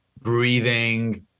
breathing